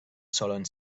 solen